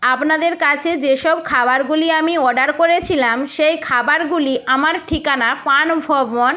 আপনাদের কাছে যেসব খাবারগুলি আমি অর্ডার করেছিলাম সেই খাবারগুলি আমার ঠিকানা পান ফবন